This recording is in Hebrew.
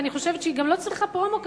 ואני חושבת שהיא גם לא צריכה פרומו כזה,